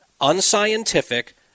unscientific